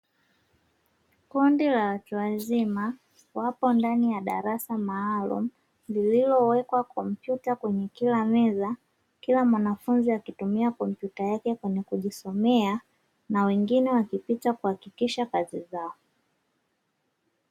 Kundi la watu wazima wapo ndani ya darasa maalum lililowekwa kompyuta kwenye kila meza, kila mwanafunzi akitumia kompyuta yake kwenye kujisomea na wengine kupita kuhakikisha kazi zao.